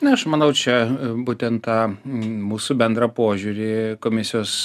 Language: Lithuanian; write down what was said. na aš manau čia būtent tą mūsų bendrą požiūrį komisijos